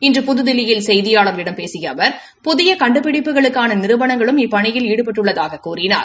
இன்று புத்தில்லியில் கெப்தியாளாகளிடம் பேசிய அவர் புதிய கண்டுபிடிப்புகளுக்கான நிறுவணங்களும் இப்பணியில் ஈடுபட்டுள்ளதாகக் கூறினார்